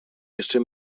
jeszcze